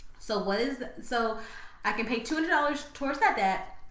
so what is, so i can pay two hundred dollars towards that debt,